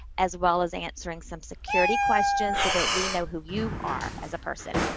as well as answering some security questions so that we know who you are as a person.